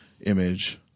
Image